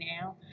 now